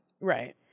Right